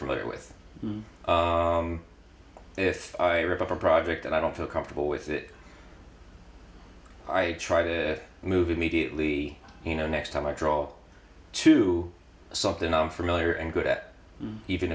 familiar with if i rip up a project that i don't feel comfortable with that i try to move immediately you know next time i draw to something i'm familiar and good at even